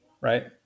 Right